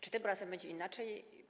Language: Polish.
Czy tym razem będzie inaczej?